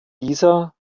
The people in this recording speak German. dieser